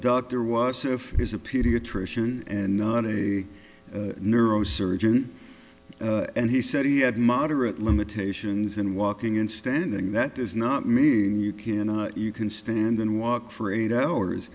if is a pediatrician and not a neurosurgeon and he said he had moderate limitations in walking in standing that does not mean you cannot you can stand and walk for eight hours